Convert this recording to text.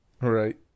Right